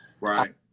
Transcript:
Right